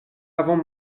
avons